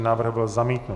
Návrh byl zamítnut.